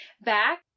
back